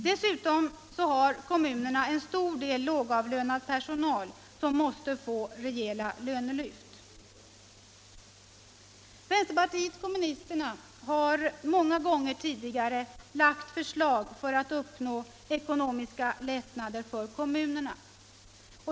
Dessutom har kommunerna en stor del lågavlönad personal, som måste få rejäla lönelyft. Vänsterpartiet kommunisterna har många gånger tidigare lagt fram förslag som syftar till ekonomiska lättnader för kommunerna.